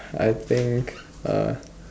I think uh